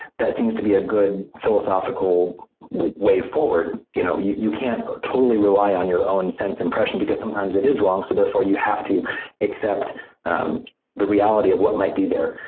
that seems to be a good philosophical way forward, you know, you can't totally rely on your own sense impression because sometimes it is wrong, so therefore you have to accept the reality of what might be there.